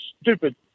stupid